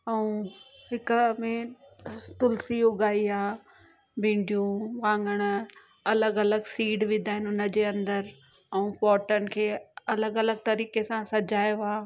ऐं हिकु में तुलसी उगाई आहे भिंडियूं वाङण अलॻि अलॻि सीड विधा आहिनि उनजे अंदर ऐं पॉटनि खे अलॻि अलॻि तरीके सां सजायो आहे